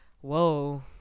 whoa